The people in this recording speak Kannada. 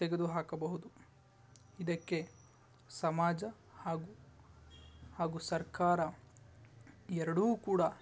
ತೆಗೆದು ಹಾಕಬಹುದು ಇದಕ್ಕೆ ಸಮಾಜ ಹಾಗು ಹಾಗು ಸರ್ಕಾರ ಎರಡೂ ಕೂಡ